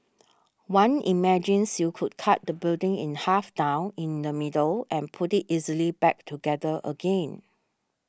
one imagines you could cut the building in half down in the middle and put it easily back together again